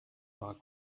war